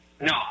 No